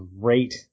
great